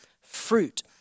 fruit